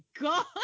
God